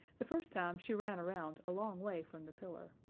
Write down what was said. the first time she ran around a long way from the pillar,